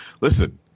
listen